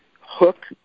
hook